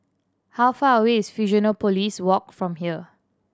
how far away is Fusionopolis Walk from here